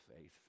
faith